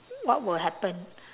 what will happen